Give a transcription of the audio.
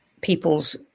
people's